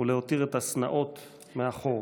ולהותיר את השנאות מאחור.